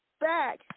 back